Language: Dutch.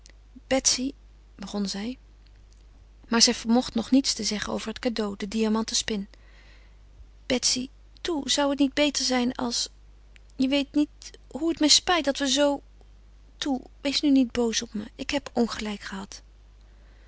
betsy begon zij maar zij vermocht nog niets te zeggen over het cadeau de diamanten spin betsy toe zou het niet beter zijn als je weet niet hoe het mij spijt dat we zoo toe wees nu niet boos op me ik heb ongelijk gehad